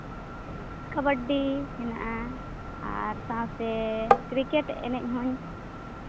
ᱠᱟᱵᱟᱰᱤ ᱦᱮᱱᱟᱜᱼᱟ ᱟᱨ ᱥᱟᱶᱛᱮ ᱠᱨᱤᱠᱮᱹᱴ ᱮᱱᱮᱡ ᱦᱚᱧ